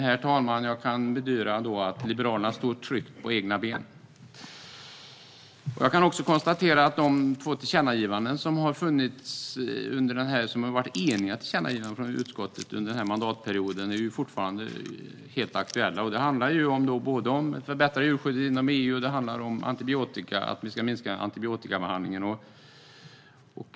Herr talman! Jag kan bedyra att Liberalerna står tryggt på egna ben. Jag kan också konstatera att de två eniga tillkännagivanden från utskottet under mandatperioden fortfarande är helt aktuella. Det handlar om att förbättra djurskyddet inom EU och om att vi ska minska antibiotikabehandlingen.